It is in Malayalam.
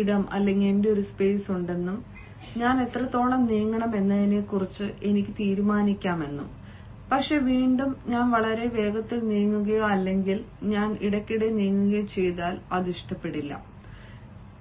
ഇടം ഉണ്ടെന്നും ഞാൻ എത്രത്തോളം നീങ്ങണം എന്നതിനെക്കുറിച്ചും എനിക്ക് തീരുമാനിക്കാം പക്ഷേ വീണ്ടും ഞാൻ വളരെ വേഗത്തിൽ നീങ്ങുകയോ അല്ലെങ്കിൽ ഞാൻ ഇടയ്ക്കിടെ നീങ്ങുകയോ ചെയ്താൽ അത് ഇഷ്ടപ്പെടില്ല നിങ്ങൾ